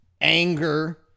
anger